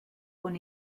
con